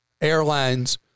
airlines